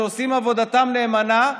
שעושים עבודתם נאמנה,